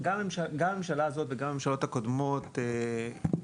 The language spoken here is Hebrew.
גם בממשלה הזאת וגם בממשלות הקודמות כולם